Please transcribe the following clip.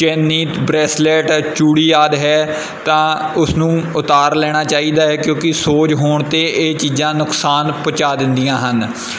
ਚੈਨੀ bracelet ਚੂੜੀ ਆਦਿ ਹੈ ਤਾਂ ਉਸਨੂੰ ਉਤਾਰ ਲੈਣਾ ਚਾਹੀਦਾ ਹੈ ਕਿਉਂਕਿ ਸੋਜ ਹੋਣ 'ਤੇ ਇਹ ਚੀਜ਼ਾਂ ਨੁਕਸਾਨ ਪਹੁੰਚਾ ਦਿੰਦੀਆਂ ਹਨ